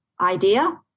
idea